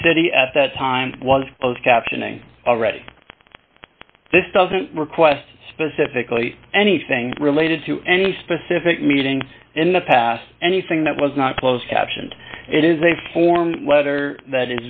the city at that time was both captioning already this doesn't request specifically anything related to any specific meeting in the past anything that was not closed captioned it is a form letter that